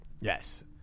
Yes